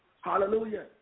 Hallelujah